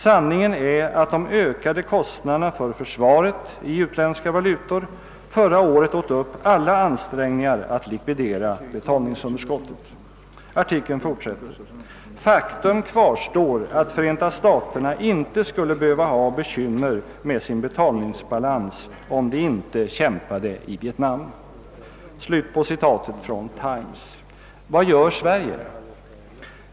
Sanningen är att de ökade kostnaderna för försvaret i utländska valutor förra året åt upp: alla ansträngningar att likvidera betalningsunderskottet.» Artikeln fortsätter: »Faktum kvarstår att Förenta staterna inte skulle behöva ha bekymmer med sin betalningsbalans om det inte kämpade i Vietnam.» Vad gör Sverige?